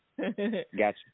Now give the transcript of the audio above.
Gotcha